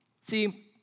See